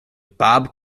bob